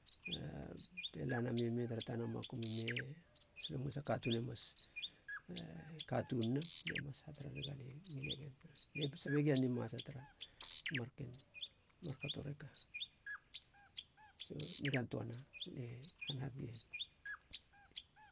A te laname tara tana makum i me, eslong es a katuun e mas katuun nina. Lie mas hatara nega lie ngile gen, lie sabega nimasa tara marken markato reka so nigan töana lie hanap gie ni.